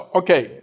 okay